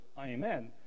Amen